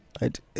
right